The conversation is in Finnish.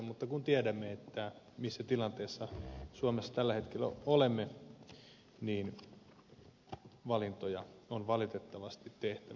mutta kun tiedämme missä tilanteessa suomessa tällä hetkellä olemme niin valintoja on valitettavasti tehtävä